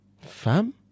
Fam